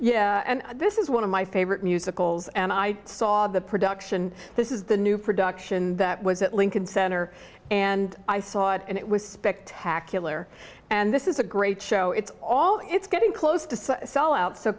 hammerstein and this is one of my favorite musicals and i saw the production this is the new production that was at lincoln center and i saw it and it was spectacular and this is a great show it's all it's getting close to sell out so